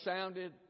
sounded